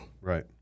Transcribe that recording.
Right